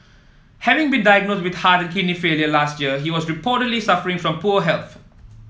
having been diagnosed with heart and kidney failure last year he was reportedly suffering from poor health